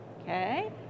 Okay